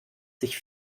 sich